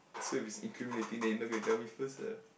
so if it's incriminating then you not gonna tell me first ah